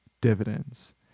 dividends